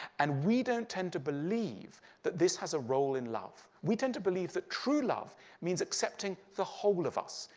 and we don't tend to believe that this has a role in love. we tend to believe that true love means accepting the whole of us.